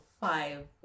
five